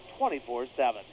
24-7